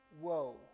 Whoa